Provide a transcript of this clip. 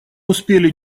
успели